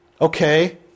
Okay